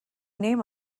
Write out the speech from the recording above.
name